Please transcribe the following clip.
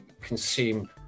consume